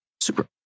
Super